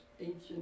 ancient